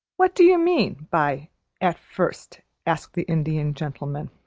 what do you mean by at first? asked the indian gentleman.